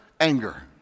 Anger